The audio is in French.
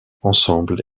ensemble